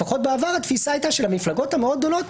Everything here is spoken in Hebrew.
לפחות בעבר התפיסה הייתה שלמפלגות המאוד גדולות,